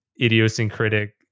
idiosyncratic